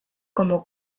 como